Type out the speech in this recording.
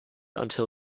until